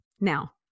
Now